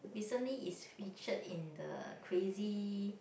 recently is featured in the Crazy